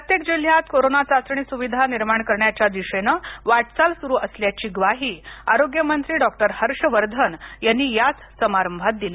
प्रत्येक जिल्ह्यात कोरोनाचाचणी सुविधा निर्माण करण्याच्या दिशेनं वाटचाल सुरू असल्याची ग्वाही आरोग्यमंत्री डॉक्टर हर्ष वर्धन यांनी याच समारंभात दिली